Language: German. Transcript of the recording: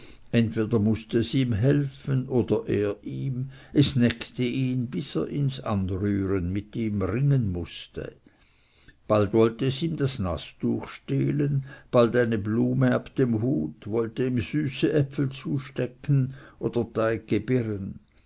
entweder mußte es ihm helfen oder er ihm es neckte ihn bis er ihns anrühren mit ihm ringen mußte bald wollte es ihm das nastuch stehlen bald eine blume ab dem hut wollte ihm süße äpfel zustecken oder teigge